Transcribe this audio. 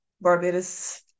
Barbados